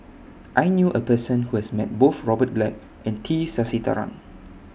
I knew A Person Who has Met Both Robert Black and T Sasitharan